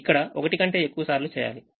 ఇక్కడ ఒకటి కంటే ఎక్కువసార్లు చేయాలి